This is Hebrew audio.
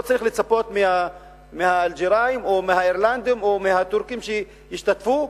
לא צריך לצפות מהאלג'ירים או מהאירלנדים או מהטורקים שישתתפו,